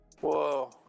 whoa